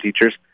teachers